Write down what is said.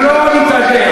לא נתאדה.